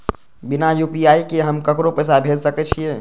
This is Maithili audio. बिना यू.पी.आई के हम ककरो पैसा भेज सके छिए?